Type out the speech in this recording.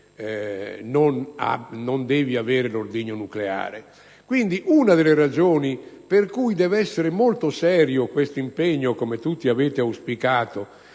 non avere l'ordigno nucleare. Una delle ragioni per cui deve essere molto serio questo impegno - come avete tutti auspicato